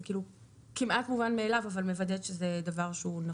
זה כמעט מובן מאליו, אבל מוודאת שזה נכון.